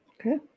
Okay